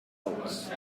bolts